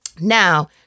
now